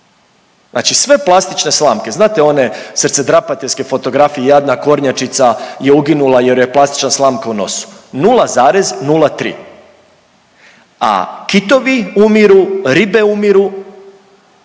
Znači sve plastične slamke. Znate one srcedrapateljske fotografije, jadna kornjačica je uginula jer joj je plastična slamka u nosu. 0,03. A kitovi umiru, ribe umiru,